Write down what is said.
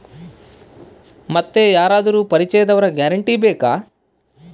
ಮತ್ತೆ ಯಾರಾದರೂ ಪರಿಚಯದವರ ಗ್ಯಾರಂಟಿ ಬೇಕಾ?